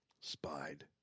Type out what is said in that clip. spied